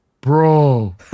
Bro